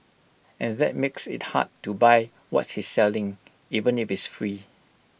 and that makes IT hard to buy what he's selling even if it's free